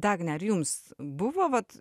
dagne ar jums buvo vat